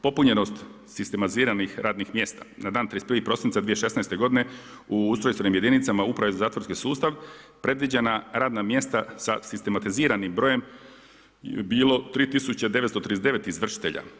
Popunjenost sistematiziranih radnih mjesta na 31.12.2016. godini u ustrojstvenim jedinicama Uprave za zatvorski sustav predviđena radna mjesta sa sistematiziranim brojem bi bilo 3939 izvršitelja.